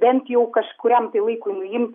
bent jau kažkuriam laikui nuimt